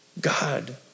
God